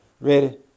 Ready